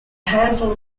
handful